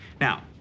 Now